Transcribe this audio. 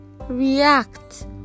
react